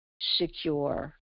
secure